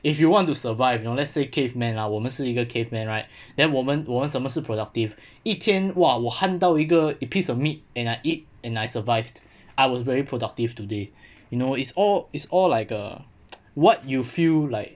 if you want to survive you know let's say caveman ah 我们是一个 cave men right then 我们我们什么是 productive 一天哇我 hunt 到一个 a piece of meat and I eat and I survived I was very productive today you know it's all it's all like uh what you feel like